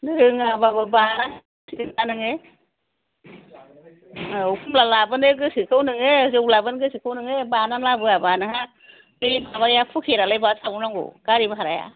रोङाबाबो बानांसिगोन ना नोङो औ खमला लाबोनो गोसोथ' नोङो जौ लाबोनो गोसोथ' नोङो बानानै लाबोवाबा नोंहा बे माबाया पकेट आलाय बहा थाबावनांगौ गारि भाराया